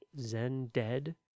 zendead